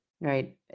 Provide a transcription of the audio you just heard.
Right